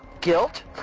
Guilt